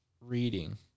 reading